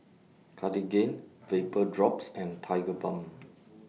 Cartigain Vapodrops and Tigerbalm